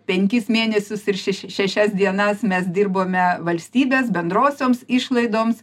penkis mėnesius ir šeš šešias dienas mes dirbome valstybės bendrosioms išlaidoms